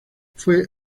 fue